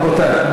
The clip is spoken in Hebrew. רבותי,